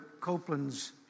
Copeland's